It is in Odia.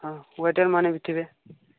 ହଁ ୱଟେର୍ମାନେ ବି ଥିବେ